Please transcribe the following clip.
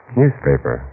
newspaper